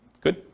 good